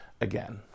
again